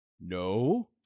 No